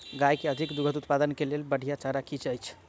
गाय केँ अधिक दुग्ध उत्पादन केँ लेल बढ़िया चारा की अछि?